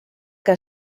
que